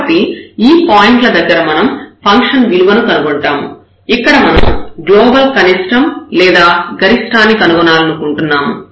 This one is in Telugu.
కాబట్టి ఈ పాయింట్ ల దగ్గర మనం ఫంక్షన్ విలువను కనుగొంటాము ఇక్కడ మనం గ్లోబల్ కనిష్టం లేదా గరిష్ఠాన్ని కనుగొనాలనుకుంటున్నాము